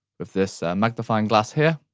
with this magnifying glass, here,